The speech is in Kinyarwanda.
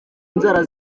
nzara